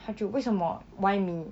他就为什么 why me